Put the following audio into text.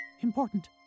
important